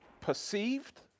perceived